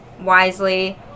wisely